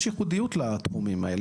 יש ייחודיות לתחומים האלה.